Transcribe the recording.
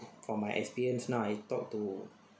from my experience now I talk to